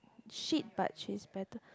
shit but she's better